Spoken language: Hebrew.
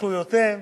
שזכויותיהם